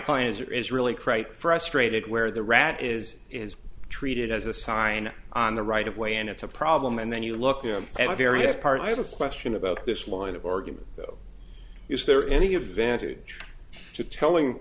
there is really create frustrated where the rat is is treated as a sign on the right of way and it's a problem and then you look at various parts i have a question about this line of argument though is there any advantage to telling